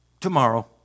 tomorrow